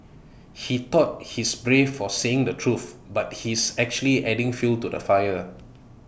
he thought he's brave for saying the truth but he's actually adding fuel to the fire